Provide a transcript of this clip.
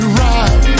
right